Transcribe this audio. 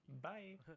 Bye